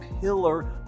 pillar